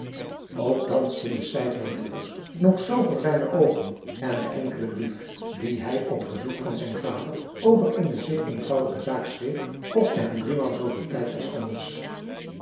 ook dansten de cijferletters nog zoo voor zijne oogen en de enkele brief dien hij op verzoek van zijn vader over eene zeer eenvoudige zaak schreef kostte hem driemaal zooveel tijd als anders